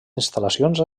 instal·lacions